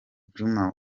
djuma